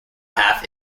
half